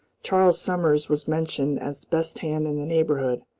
charles summers was mentioned as the best hand in the neighborhood,